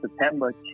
September